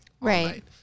right